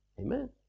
Amen